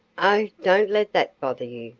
oh, don't let that bother you,